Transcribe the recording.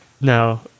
Now